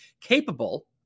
capable